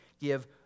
give